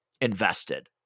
invested